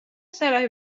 صلاحی